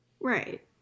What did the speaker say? Right